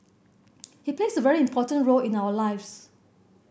he plays a very important role in our lives